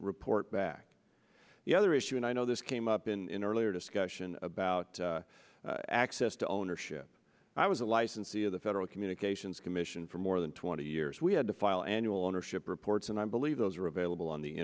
report back the other issue and i know this came up in earlier discussion about access to ownership i was a licensee of the federal communications commission for more than twenty years we had to file annual ownership reports and i believe those are available on the